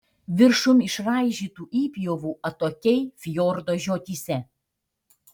viršum išraižytų įpjovų atokiai fjordo žiotyse